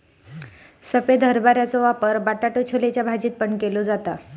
सफेद हरभऱ्याचो वापर बटाटो छोलेच्या भाजीत पण केलो जाता